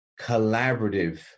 collaborative